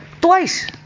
Twice